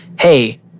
hey